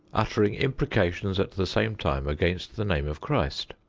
uttering imprecations at the same time against the name of christ.